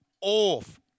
off